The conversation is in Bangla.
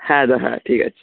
হ্যাঁ দা হ্যাঁ ঠিক আছে